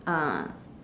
uh